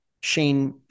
Shane